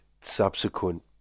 subsequent